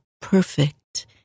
perfect